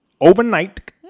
overnight